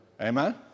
Amen